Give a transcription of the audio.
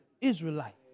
Israelite